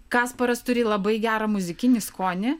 kasparas turi labai gerą muzikinį skonį